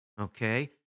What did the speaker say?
okay